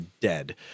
dead